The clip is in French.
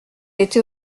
était